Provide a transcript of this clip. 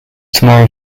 tomorrow